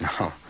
No